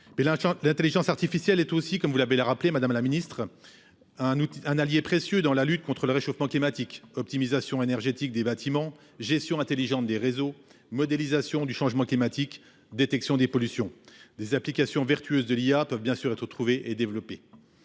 L'intelligence artificielle est aussi, comme vous l'avez rappelé Madame la Ministre, comme la ministre, un allié précieux dans la lutte contre le réchauffement climatique, optimisation énergétique des bâtiments, gestion intelligente des réseaux, modélisation du changement climatique, détection des pollutions. Des applications vertueuses de l'IA peuvent bien sûr être trouvées et développées.